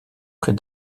près